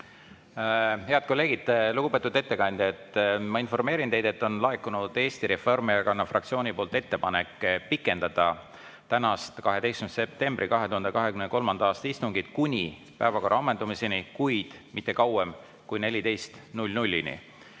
Head kolleegid! Lugupeetud ettekandja! Ma informeerin teid, et on laekunud Eesti Reformierakonna fraktsiooni poolt ettepanek pikendada tänast, 12. septembri 2023. aasta istungit kuni päevakorra ammendumiseni, kuid mitte kauem kui 14.00‑ni.